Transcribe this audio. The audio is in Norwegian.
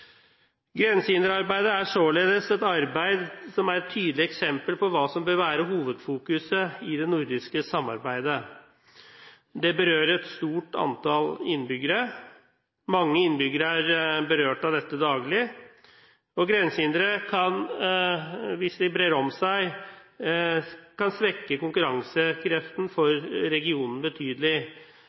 Grensehinderarbeidet er således et arbeid som er et tydelig eksempel på hva som bør være hovedfokuset i det nordiske samarbeidet. Det berører et stort antall innbyggere. Mange innbyggere er berørt av dette daglig, og grensehindre kan, hvis de brer om seg, svekke konkurransekraften for regionen betydelig.